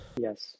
Yes